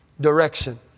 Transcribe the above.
direction